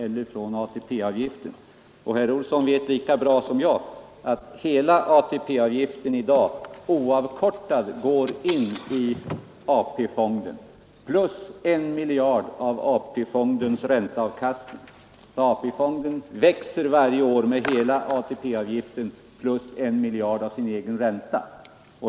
Herr Olsson i Stockholm vet lika bra som jag att hela ATP-avgiften i dag oavkortad går in i AP-fonden — plus en miljard av AP-fondens ränteavkastning. AP-fonden växer varje år med hela ATP-avgiften plus en miljard av sin egen ränta.